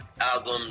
album